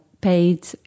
paid